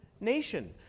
nation